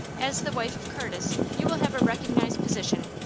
as the wife of curtis you will have a recognized position.